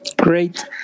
Great